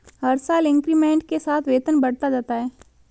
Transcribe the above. हर साल इंक्रीमेंट के साथ वेतन बढ़ता जाता है